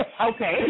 Okay